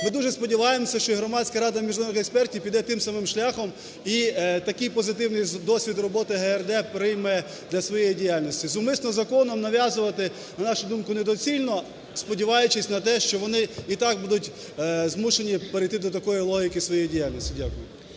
Ми дуже сподіваємося, що і Громадська рада міжнародних експертів піде тим самим шляхом - і такий позитивний досвід ГРД прийме для своєї діяльності. Зумисно законом нав'язувати, на нашу думку, недоцільно, сподіваючись на те, що вони і так будуть змушені перейти до такої логіки своєї діяльності. Дякую.